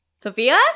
Sophia